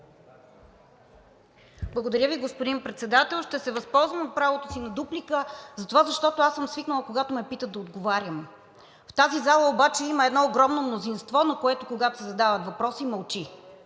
Благодаря Ви, господин Председател. Ще се възползвам от правото си на дуплика затова, защото аз съм свикнала, когато ме питат, да отговарям. В тази зала обаче има едно огромно мнозинство, на което, когато се задават въпроси, мълчи